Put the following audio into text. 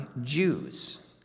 Jews